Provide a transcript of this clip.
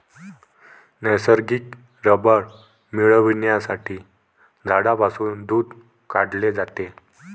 नैसर्गिक रबर मिळविण्यासाठी झाडांपासून दूध काढले जाते